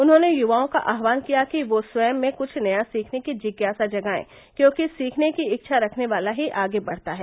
उन्होंने युवाओं का आहवान किया कि वह स्वयं में कुछ नया सीखने की जिज्ञासा जगायें क्योंकि सीखने की इच्छा रखने वाला ही आगे बढ़ता है